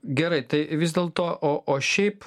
gerai tai vis dėlto o o šiaip